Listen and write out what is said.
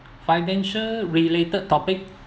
financial related topic